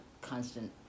constant